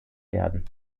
werden